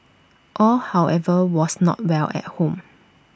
all however was not well at home